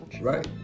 Right